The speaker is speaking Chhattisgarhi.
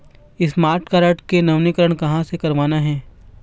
स्मार्ट कारड के नवीनीकरण कहां से करवाना हे?